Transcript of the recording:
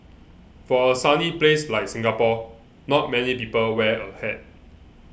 for a sunny place like Singapore not many people wear a hat